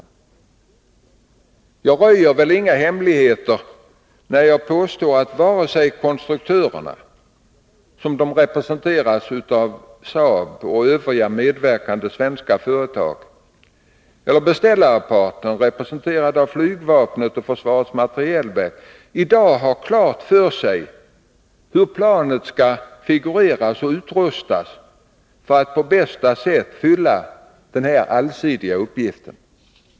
Jag röjer väl inga hemligheter när jag påstår att varken konstruktörerna, representerade av Saab och övriga medverkande svenska företag, eller beställareparten, representerad av flygvapnet och försvarets materielverk, i dag har klart för sig hur planet skall figurera och utrustas för att på bästa sätt fylla denna allsidiga uppgift.